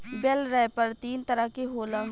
बेल wrapper तीन तरह के होला